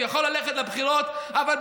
הוא יכול ללכת לבחירות אבל,